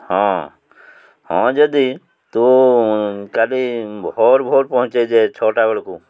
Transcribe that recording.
ହଁ ହଁ ଯଦି ତୁ କାଲି ଭୋର୍ ଭୋର୍ ପହଁଞ୍ଚେଇ ଦେ ଛଅଟା ବେଳକୁ